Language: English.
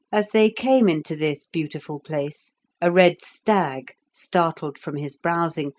as they came into this beautiful place a red stag, startled from his browsing,